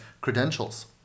credentials